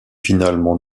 finalement